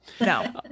No